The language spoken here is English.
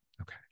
Okay